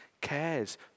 cares